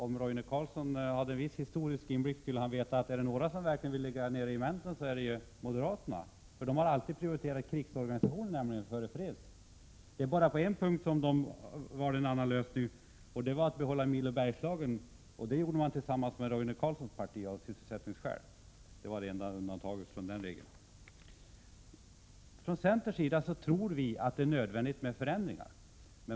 Om Roine Carlsson hade någon historisk inblick skulle han veta att om det är några som verkligen vill lägga ned regementen så är det moderaterna — de har nämligen alltid prioriterat krigsorganisationen framför fredsorganisationen. Det är bara på en punkt som moderaterna intagit en annan ståndpunkt, och det var när det gällde att behålla milo Bergslagen — det ställningstagandet gjorde man av sysselsättningsskäl och tillsammans med Roine Carlssons parti. Det är det enda undantaget från regeln. Från centerpartiets sida tror vi att det är nödvändigt med förändringar.